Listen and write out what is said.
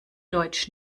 deutsch